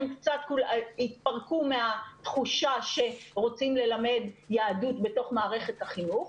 התפרקו מהתחושה שרוצים ללמד יהדות בתוך מערכת החינוך,